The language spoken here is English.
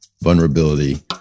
vulnerability